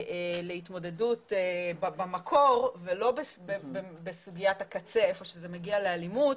להתמודדות במקור ולא בסוגיית הקצה איפה שזה מגיע לאלימות,